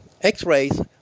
X-rays